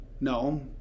no